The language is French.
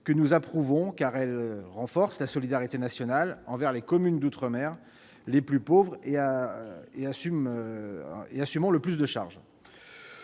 : nous l'approuvons, car elle renforce la solidarité nationale envers les communes d'outre-mer les plus pauvres et assumant le plus de charges.